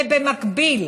זה במקביל.